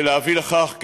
ולהביא לכך,